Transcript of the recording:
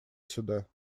сюда